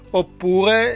oppure